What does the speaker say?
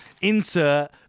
insert